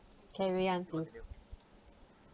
carry on please